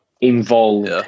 involved